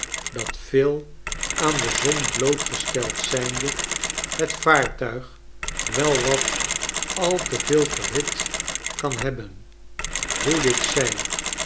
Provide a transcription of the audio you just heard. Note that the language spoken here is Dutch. dat veel aan de zon blootgesteld zijnde het vaartuig wel wat al te veel verhit kan hebben hoe dit zij